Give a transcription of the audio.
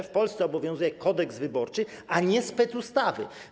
W Polsce obowiązuje Kodeks wyborczy, a nie specustawy.